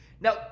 now